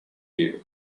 you